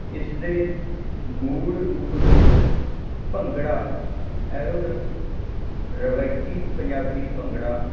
ਇਸ ਦੇ ਮੂਲ ਰੂਪ ਵਿੱਚ ਭੰਗੜਾ ਐਰੋਵਿਕਸ ਰਵਾਇਤੀ ਪੰਜਾਬੀ ਭੰਗੜਾ